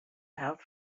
health